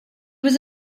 was